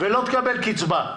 ולא תקבל קצבה.